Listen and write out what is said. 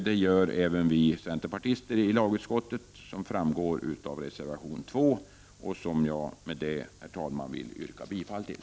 Det gör även vi centerpartister i lagutskottet, som framgår av reservation 2 — som jag, herr talman, vill yrka bifall till.